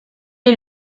est